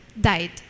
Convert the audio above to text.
died